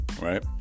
right